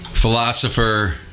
philosopher